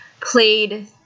played